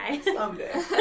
Someday